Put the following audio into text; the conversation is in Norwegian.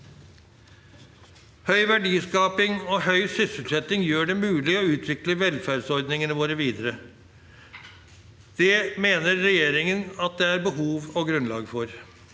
Høy verdiskaping og høy sysselsetting gjør det mulig å utvikle velferdsordningene våre videre. Det mener regjeringen at det er behov og grunnlag for.